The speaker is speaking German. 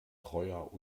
treuer